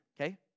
okay